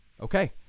Okay